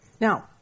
Now